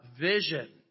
vision